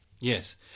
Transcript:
Yes